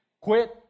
Quit